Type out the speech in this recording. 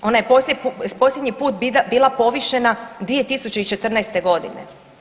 Ona je posljednji put bila povišena 2014. godine.